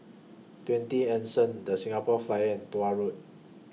twenty Anson The Singapore Flyer and Tuah Road